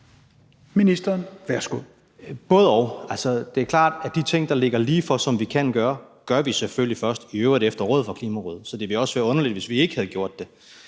Jørgensen): Både-og. Altså, det er klart, at de ting, der ligger ligefor, og som vi kan gøre, gør vi selvfølgelig først, i øvrigt efter råd fra Klimarådet. Så det ville også være underligt, hvis vi ikke havde gjort det.